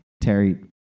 Terry